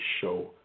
show